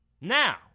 Now